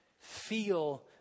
feel